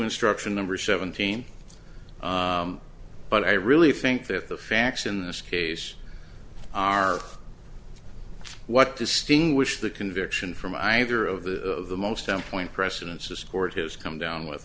instruction number seventeen but i really think that the facts in this case are what distinguish the conviction from either of the of the most important precedents this court has come down with